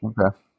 Okay